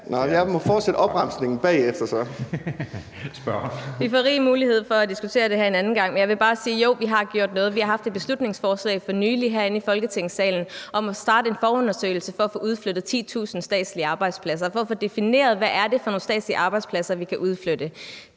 16:27 Susie Jessen (DD): Vi får rig mulighed for at diskutere det her en anden gang. Jeg vil bare sige, at jo, vi har gjort noget. Vi har haft et beslutningsforslag for nylig herinde i Folketingssalen om at starte en forundersøgelse for at få udflyttet 10.000 statslige arbejdspladser, altså for at få defineret, hvad det er for nogle statslige arbejdspladser, vi kan udflytte.